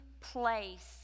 place